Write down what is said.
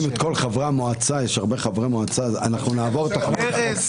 את כל חברי המועצה יש הרבה חברי מועצה אנחנו נעבור --- ארז.